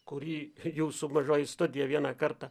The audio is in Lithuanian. kurį jūsų mažoji studija vieną kartą